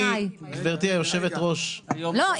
גברתי יושבת הראש -- לא,